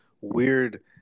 weird